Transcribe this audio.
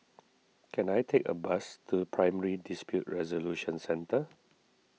can I take a bus to Primary Dispute Resolution Centre